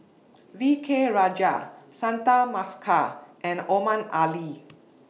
V K Rajah Santha Bhaskar and Omar Ali